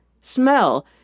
smell